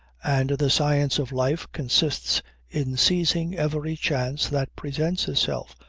and the science of life consists in seizing every chance that presents itself,